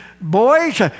boys